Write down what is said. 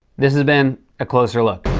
this has been a closer look.